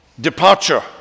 departure